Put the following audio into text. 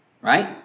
Right